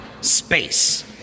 space